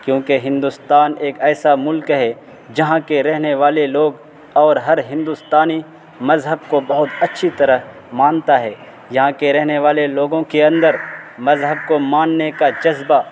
کیونکہ ہندوستان ایک ایسا ملک ہے جہاں کے رہنے والے لوگ اور ہر ہندوستانی مذہب کو بہت اچھی طرح مانتا ہے یہاں کے رہنے والے لوگوں کے اندر مذہب کو ماننے کا جذبہ